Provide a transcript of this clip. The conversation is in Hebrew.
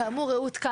כאמור, רעות אופק